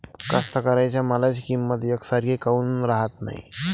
कास्तकाराइच्या मालाची किंमत यकसारखी काऊन राहत नाई?